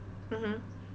mmhmm